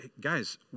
guys